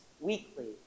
weekly